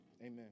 Amen